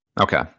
Okay